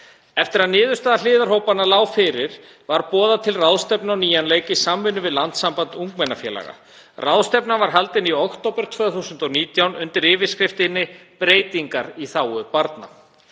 Eftir að niðurstaða hliðarhópanna lá fyrir var boðað til ráðstefnu á nýjan leik í samvinnu við Landssamband ungmennafélaga. Ráðstefna var haldin í október 2019 undir yfirskriftinni „Breytingar í þágu barna“.